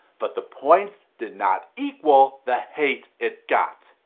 but the points did not equal the hate it got.